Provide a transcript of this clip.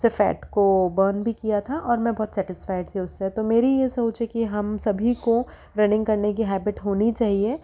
से फैट को बर्न भी किया था और मैं बहुत सैटिस्फाईड थी उससे तो मेरी ये सोच है कि हम सभी को रनिंग करने की हैबिट होनी चाहिए